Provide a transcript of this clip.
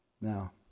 now